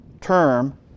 term